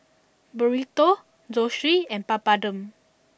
Burrito Zosui and Papadum